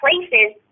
places